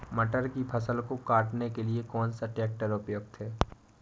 मटर की फसल को काटने के लिए कौन सा ट्रैक्टर उपयुक्त है?